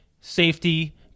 safety